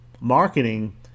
marketing